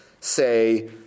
say